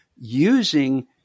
using